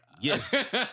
yes